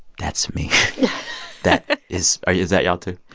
that's me that is ah is that y'all too?